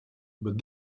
but